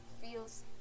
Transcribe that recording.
feels